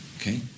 Okay